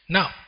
Now